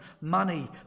Money